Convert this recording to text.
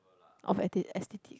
of atti~ aesthetic